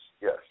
yes